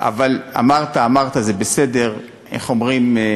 אבל אמרת, אמרת, זה בסדר, איך אומרים?